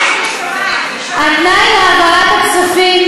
התנאי להעברת הכספים,